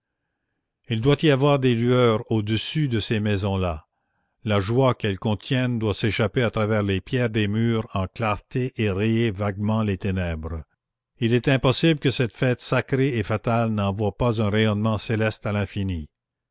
il doit y avoir des lueurs au-dessus de ces maisons-là la joie qu'elles contiennent doit s'échapper à travers les pierres des murs en clarté et rayer vaguement les ténèbres il est impossible que cette fête sacrée et fatale n'envoie pas un rayonnement céleste à l'infini